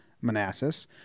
Manassas